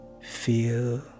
Feel